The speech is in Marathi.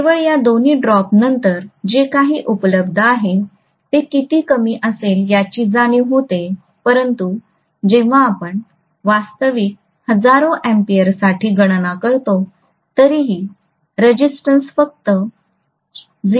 केवळ या दोन्ही ड्रॉपनंतर जे काही उपलब्ध आहे ते किती कमी असेल याची जाणीव होते परंतु जेव्हा आपण वास्तविक हजारो अॅम्पीयरसाठी गणना करतो तरीही रेजिस्टन्स फक्त 0